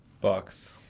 Bucks